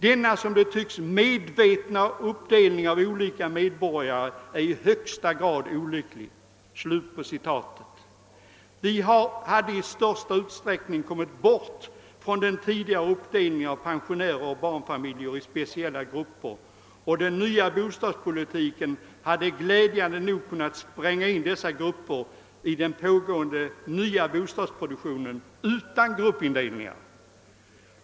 Denna som det tycks medvetna uppdelning av olika medborgare är i högsta grad olycklig.» Vi hade i stor utsträckning kommit bort ifrån den tidigare uppdelningen av pensionärer och barnfamiljer i speciella grupper, och i den nya bostadspolitiken hade man, glädjande nog, kunnat spränga in dessa grupper i den pågående nya bostadsproduktionen utan gruppindelningar.